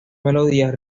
melodías